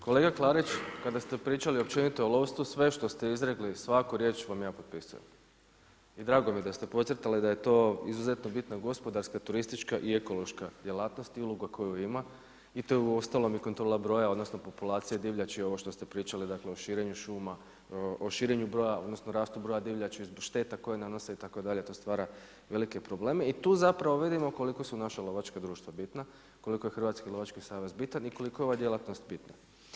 Kolega Klarić kada ste pričali općenito o lovstvu sve što ste izrekli svaku riječ vam ja potpisujem i drago mi je da ste podcrtali da je to izuzetno bitna gospodarska, turistička i ekološka djelatnost i uloga koju ima i to je uostalom i kontrola broja odnosno populacije divljači ovo što ste pričali o širenju šuma, o rastu broja divljači, šteta koje nanose itd. to stvara velike probleme i tu zapravo vidimo koliko su naša lovačka društva bitna, koliko je Hrvatski lovački savez bitan i koliko je ova djelatnost bitna.